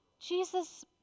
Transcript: Jesus